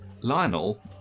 Lionel